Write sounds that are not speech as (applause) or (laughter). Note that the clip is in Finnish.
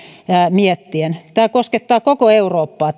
miettien tämä asia koskettaa koko eurooppaa (unintelligible)